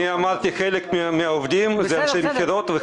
אמרתי: חלק מן העובדים הם אנשי מכירות.